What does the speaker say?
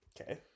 Okay